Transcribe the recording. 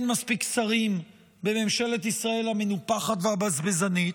אין מספיק שרים בממשלת ישראל המנופחת והבזבזנית.